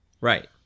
Right